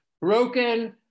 broken